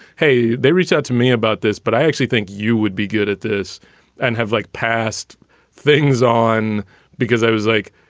hey, they reach out to me about this. but i actually think you would be good at this and have like passed things on because i was like,